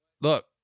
look